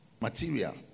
material